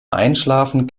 einschlafen